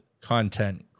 content